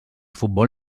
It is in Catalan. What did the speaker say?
futbol